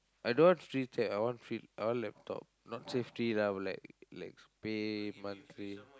I don't want free tab I want free I want laptop not say free lah like like pay monthly